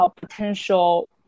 potential